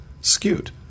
skewed